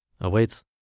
Awaits